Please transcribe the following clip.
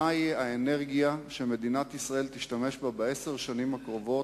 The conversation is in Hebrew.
מהי האנרגיה שמדינת ישראל תשתמש בה בעשר השנים הקרובות,